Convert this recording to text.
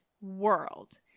world